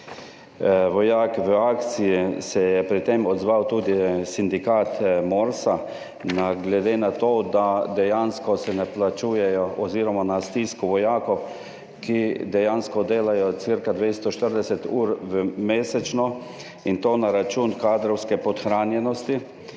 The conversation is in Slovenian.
Vojak v akciji, se je odzval tudi sindikat Morsa, glede na to, da se dejansko ne plačujejo, oziroma na stisko vojakov, ki dejansko delajo cirka 240 ur mesečno, in to na račun kadrovske podhranjenosti,